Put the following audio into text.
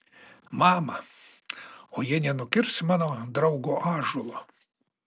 mama o jie nenukirs mano draugo ąžuolo